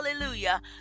hallelujah